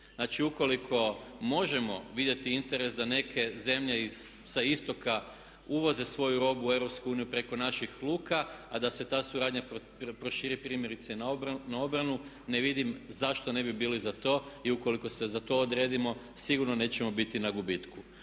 Znači, ukoliko možemo vidjeti interes da neke zemlje sa Istoka uvoze svoju robu u EU preko naših luka a da se ta suradnja proširi primjerice na obranu ne vidim zašto ne bi bili za to i ukoliko se za to odredimo sigurno nećemo biti na gubitku.